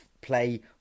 play